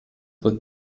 wird